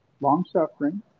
long-suffering